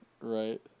Right